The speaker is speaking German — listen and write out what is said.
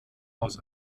aus